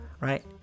right